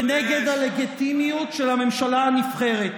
כנגד הלגיטימיות של הממשלה הנבחרת.